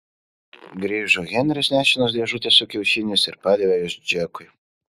grįžo henris nešinas dėžute su kiaušiniais ir padavė juos džekui